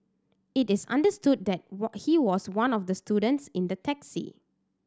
it is understood that he was one of the students in the taxi